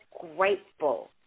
grateful